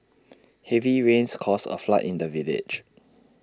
heavy rains caused A flood in the village